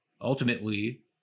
Ultimately